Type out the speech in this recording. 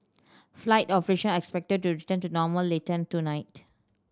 flight operation as expected to return to normal later tonight